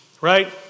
Right